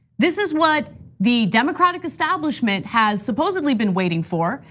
this is what the democratic establishment has supposedly been waiting for.